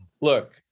Look